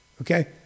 okay